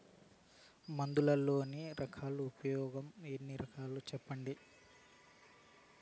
మందులలోని రకాలను ఉపయోగం ఎన్ని రకాలు? సెప్పండి?